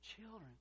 children